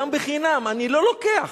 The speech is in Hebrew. גם בחינם אני לא לוקח.